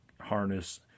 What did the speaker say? harness